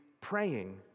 praying